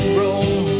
roll